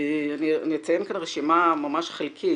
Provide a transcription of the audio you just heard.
אני אציין כאן רשימה ממש חלקית.